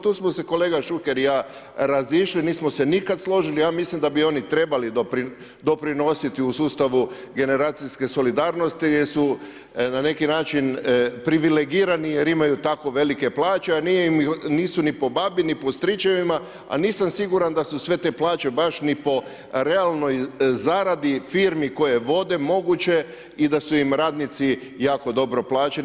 Tu smo se kolega Šuker i ja razišli, nismo se nikad složili, ja mislim da bi oni trebali doprinositi u sustavu generacijske solidarnosti jer su na neki način privilegirani jer imaju tako velike plaće a nisu ni po babi ni po stričevima a nisam siguran da su sve plaće baš ni po realnoj zaradi i firmi koju vode, moguće i da su im radnici jako dobro plaćeni.